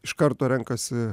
iš karto renkasi